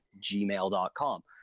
gmail.com